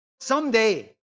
Someday